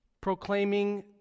proclaiming